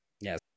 Yes